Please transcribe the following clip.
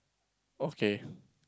okay